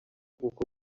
kuko